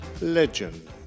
Legend